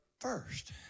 first